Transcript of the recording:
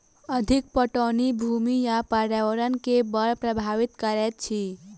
अधिक पटौनी भूमि आ पर्यावरण के बड़ प्रभावित करैत अछि